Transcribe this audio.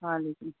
ہاں لیکن